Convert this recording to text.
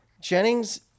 Jennings